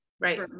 right